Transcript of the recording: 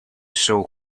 sew